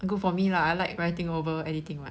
good for me lah I like writing over editing what